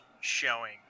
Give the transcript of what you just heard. showing